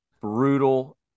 brutal